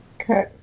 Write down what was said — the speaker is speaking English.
okay